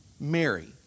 Mary